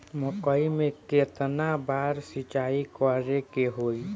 मकई में केतना बार सिंचाई करे के होई?